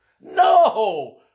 No